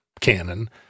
canon